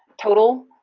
total.